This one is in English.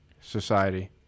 society